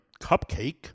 cupcake